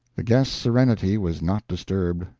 the guest's serenity was not disturbed.